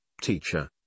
Teacher